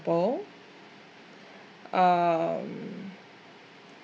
um